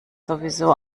sowieso